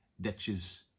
ditches